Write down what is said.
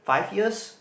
five years